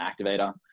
activator